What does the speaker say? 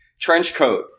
Trenchcoat